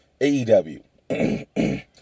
AEW